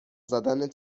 زدن